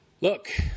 Look